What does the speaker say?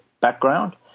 background